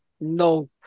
no